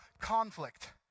conflict